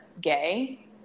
gay